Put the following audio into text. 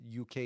UK